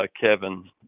Kevin